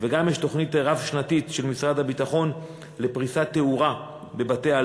וגם יש תוכנית רב-שנתית של משרד הביטחון לפריסת תאורה בבתי-העלמין,